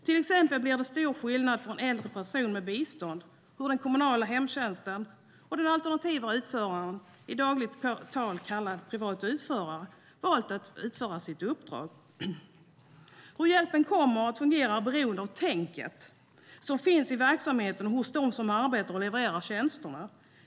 Till exempel blir det stor skillnad för en äldre person med bistånd hur den kommunala hemtjänsten eller den alternativa utföraren, i dagligt tal kallad privat utförare, valt att utföra sitt uppdrag. Hur hjälpen kommer att fungera är beroende av "tänket" som finns i verksamheten och hos dem som arbetar i verksamheten och levererar tjänsterna.